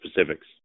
specifics